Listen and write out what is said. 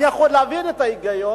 אני יכול להבין את ההיגיון,